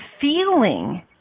feeling